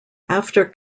after